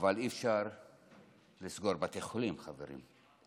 אבל אי-אפשר לסגור בתי חולים, חברים.